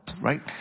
right